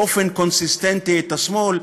באופן קונסיסטנטי, את השמאל?